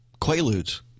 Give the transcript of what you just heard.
Quaaludes